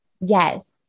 Yes